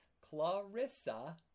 clarissa